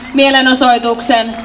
mielenosoituksen